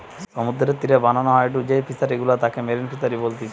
সমুদ্রের তীরে বানানো হয়ঢু যেই ফিশারি গুলা তাকে মেরিন ফিসারী বলতিচ্ছে